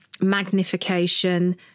magnification